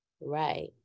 Right